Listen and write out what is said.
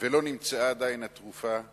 ולא נמצאה עדיין התרופה לחיסולו.